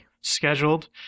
scheduled